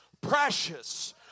precious